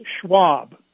Schwab